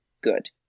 good